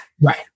Right